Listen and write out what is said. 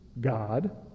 God